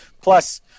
Plus